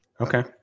Okay